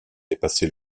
dépassé